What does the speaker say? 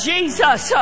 Jesus